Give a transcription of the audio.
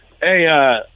Hey